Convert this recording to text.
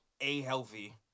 A-healthy